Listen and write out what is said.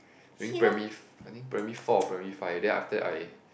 during primary f~ I think primary four or primary five then after that I